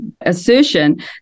assertion